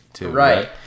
Right